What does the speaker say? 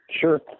Sure